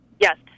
Yes